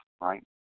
right